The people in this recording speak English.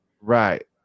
Right